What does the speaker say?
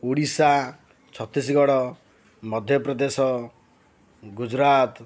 Odisha Chhattisgarh Madhya Pradesh Gujarat